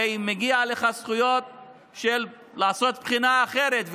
הרי מגיע לך לעשות בחינה אחרת,